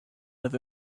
live